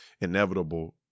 inevitable